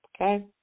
okay